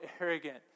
arrogant